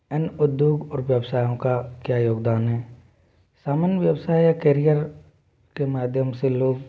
अन्य उद्योग और व्यवसायों का क्या योगदान है सामान्य व्यवसाय या कैरियर के माध्यम से लोग